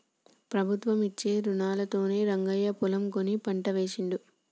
ప్రభుత్వం ఇచ్చే రుణాలతోనే రంగయ్య పొలం కొని పంట వేశిండు